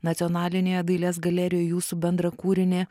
nacionalinėje dailės galerijoj jūsų bendrą kūrinį